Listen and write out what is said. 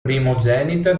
primogenita